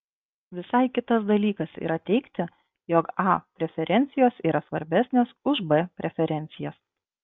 visai kitas dalykas yra teigti jog a preferencijos yra svarbesnės už b preferencijas